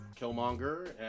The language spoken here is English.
Killmonger